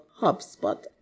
HubSpot